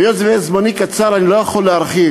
והיות שזמני קצר אני לא יכול להרחיב,